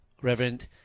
Reverend